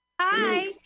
Hi